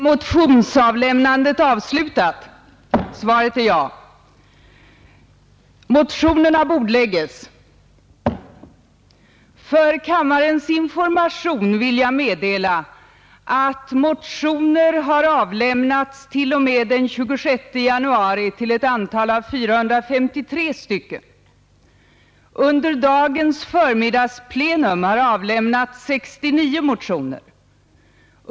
För kammarens information vill jag meddela att motioner har avlämnats t.o.m. den 26 januari till ett antal av 453 stycken. Under dagens förmiddagsplenum har avlämnats 69 motioner.